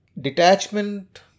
detachment